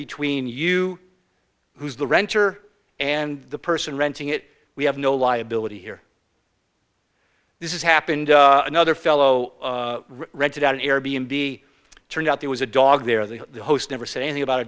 between you who's the renter and the person renting it we have no liability here this is happened another fellow rented out an air b n b turned out there was a dog there the host never said anything about a